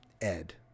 Ed